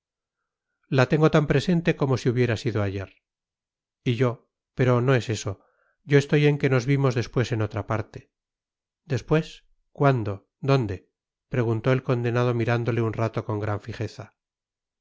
la tengo tan presente como si hubiera sido ayer y yo pero no es eso yo estoy en que nos vimos después en otra parte después cuándo dónde preguntó el condenado mirándole un rato con gran fijeza